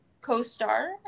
co-star